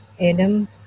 adam